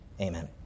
Amen